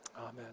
Amen